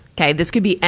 kay. this could be a,